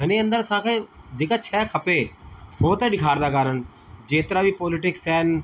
हुन जे अंदरु असांखे जेका शइ खपे उहो त ॾेखारंदा कोन आहिनि जेतिरा बि पॉलिटिक्स आहिनि